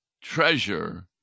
treasure